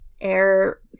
air